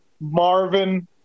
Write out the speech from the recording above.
Marvin